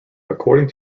according